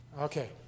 Okay